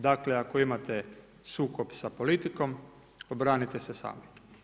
Dakle ako imate sukob sa politikom, obranite se sami.